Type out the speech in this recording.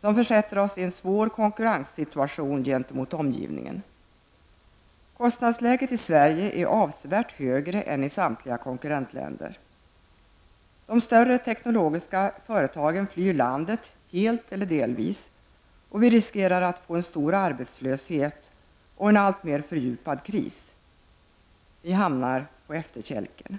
som försätter oss i en svår konkurrenssituation gentemot omvärlden. Kostnadsläget i Sverige är avsevärt högre än i samtliga konkurrentländer. De större högteknologiska företagen flyr landet, helt eller delvis. Vi riskerar att få en stor arbetslöshet, och därmed en alltmer fördjupad kris. Vi hamnar på efterkälken.